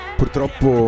purtroppo